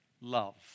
love